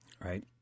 right